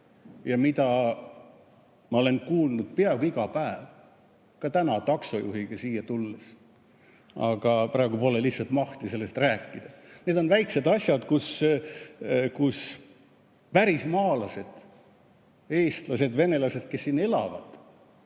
ja mida ma olen kuulnud peaaegu iga päev, ka täna taksojuhiga siia tulles. Aga praegu pole lihtsalt mahti sellest rääkida, need on väikesed asjad, kus pärismaalased, eestlased, venelased, kes siin elavad,